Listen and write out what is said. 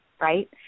right